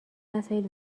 وسایل